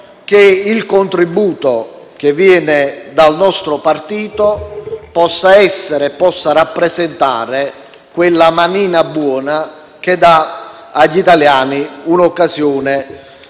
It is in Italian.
che il contributo che viene dal nostro Gruppo possa rappresentare quella manina buona che dà agli italiani un'occasione